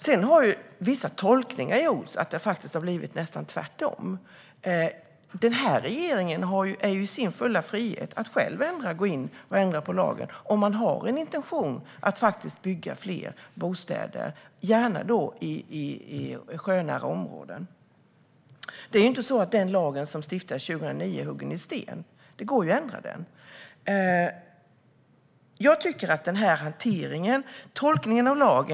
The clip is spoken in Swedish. Sedan har vissa tolkningar gjorts, så att det har blivit nästan tvärtom. Den här regeringen är i sin fulla frihet att själv gå in och ändra i lagen, om man har intentionen att bygga fler bostäder, gärna i sjönära områden. Det är ju inte så att den lag som stiftades 2009 är huggen i sten. Det går att ändra den.